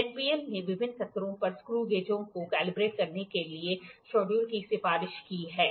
NPL ने विभिन्न स्तरों पर स्क्रू गेजों को कैलिब्रेट करने के लिए शेड्यूल की सिफारिश की है